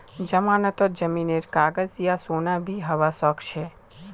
जमानतत जमीनेर कागज या सोना भी हबा सकछे